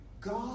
God